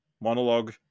Monologue